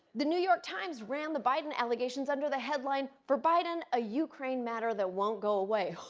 the new york times ran the biden allegations under the headline for biden, a ukraine matter that won't go away.